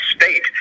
State